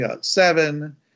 seven